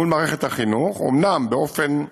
מול מערכת החינוך, אומנם, באופן הדדי,